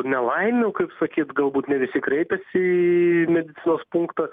nelaimių kaip sakyt galbūt ne visi kreipėsi į medicinos punktą